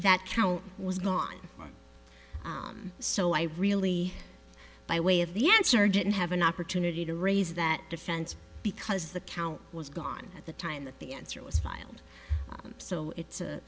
that count was gone so i really by way of the answer didn't have an opportunity to raise that defense because the count was gone at the time that the answer was filed so it's